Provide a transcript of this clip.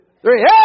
three